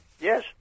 Yes